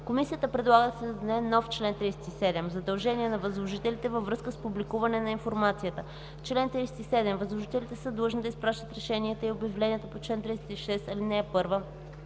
Комисията предлага да се създаде нов чл. 37: „Задължения на възложителите във връзка с публикуване на информацията Чл. 37. Възложителите са длъжни да изпращат решенията и обявленията по чл. 36, ал. 1 по